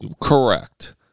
Correct